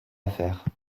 affaire